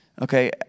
Okay